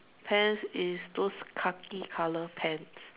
pants is those khaki color pants